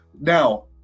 Now